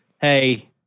Hey